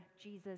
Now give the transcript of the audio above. Jesus